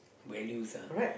values ah